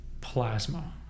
plasma